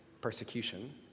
persecution